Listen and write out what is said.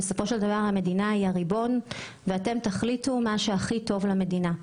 בסופו של דבר המדינה היא הריבון ואתם תחליטו מה שהכי טוב למדינה.